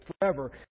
forever